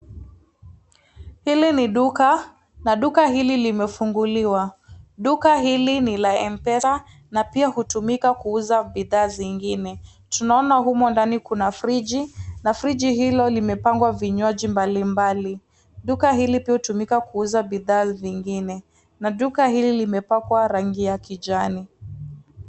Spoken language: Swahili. Hili ni duka, na duka hili limefunguliwa. Duka hili ni la mpesa, na pia hutumika kuuza bidhaa zingine. Tunaona humo ndani kuna friji na friji hilo limepangwa vinywaji mbalimbali. Duka hili pia hutumika kuuza bidhaa zingine, na duka hili limepakwa rangi ya kijani.